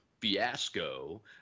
fiasco